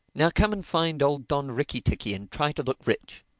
now come and find old don ricky-ticky and try to look rich.